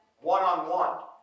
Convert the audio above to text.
one-on-one